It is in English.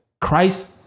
Christ